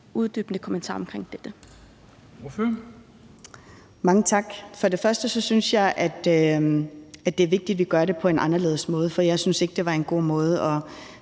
Aaja Chemnitz Larsen (IA): Mange tak. For det første synes jeg, at det er vigtigt, at vi gør det på en anderledes måde, for jeg synes ikke, det var en god måde.